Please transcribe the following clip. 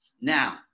Now